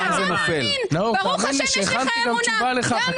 מי שמכיר אותי יודע שאני לא מסתיר שום